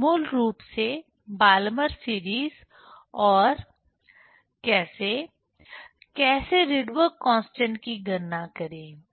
मूल रूप से बाल्मर सीरीज और कैसे कैसे राइडबर्ग कांस्टेंट की गणना करें